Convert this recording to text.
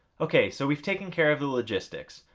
okay, so we've taken care of the logistics.